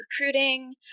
recruiting